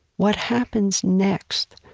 what happens next